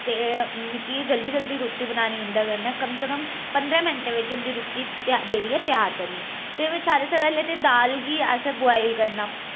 ते मिकी जल्दी जल्दी रुट्टी बनानी उं'दे कन्नै कम से कम पन्दरें मैन्टे बिच उंदी रुट्टी जेह्ड़ी ऐ त्यार करनी ते मै सारे शा पैह्ले ते दाल गी असें बुआइल करना